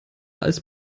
als